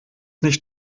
nicht